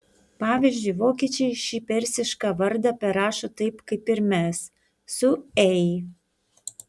pavyzdžiui vokiečiai šį persišką vardą perrašo taip kaip ir mes su ei